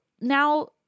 now